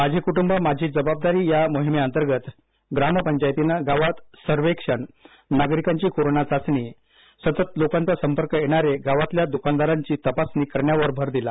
माझे कुटुंब माझी जबाबदारी या मोहिमेअंतर्गत ग्रामपंचायतीनं गावात सर्वेक्षण नागरिकांची कोरोना चाचणी सतत लोकांचा संपर्क येणारे गावातल्या दुकानदारांची तपासणी करण्यावर भर दिला